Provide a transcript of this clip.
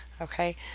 okay